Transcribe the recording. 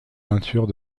peintures